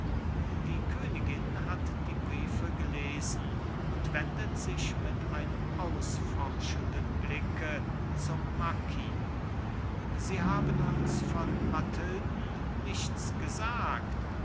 die königin hat die briefe gelesen und wendet sich mit einem ausforschenden blicke zum marquis sie haben uns von mathilden nichts gesagt